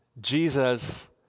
Jesus